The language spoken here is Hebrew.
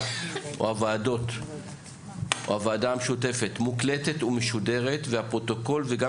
הוועדה המשותפת מוקלטת ומשודרת והפרוטוקול וגם